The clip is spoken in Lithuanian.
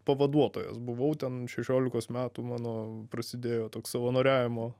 pavaduotojas buvau ten šešiolikos metų mano prasidėjo toks savanoriavimo